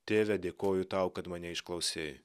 tėve dėkoju tau kad mane išklausei